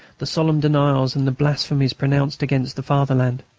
the solemn denials and the blasphemies pronounced against the fatherland?